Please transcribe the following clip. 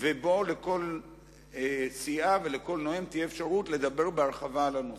ובו לכל סיעה ולכל נואם תהיה אפשרות לדבר בהרחבה על הנושא.